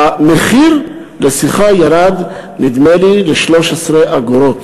המחיר לשיחה ירד, נדמה לי, ל-13 אגורות,